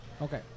Okay